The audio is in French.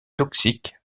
toxiques